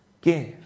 give